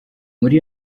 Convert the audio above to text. muri